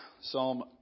Psalm